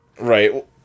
Right